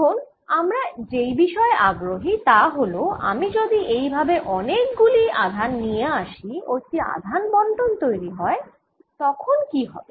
এখন আমরা যেই বিষয়ে আগ্রহী তা হল আমি যদি এই ভাবে অনেক গুলি আধান নিয়ে আসি ও একটি আধান বণ্টন তৈরি হয় তখন কি হবে